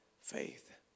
faith